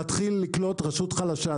להתחיל לקלוט רשות חלשה,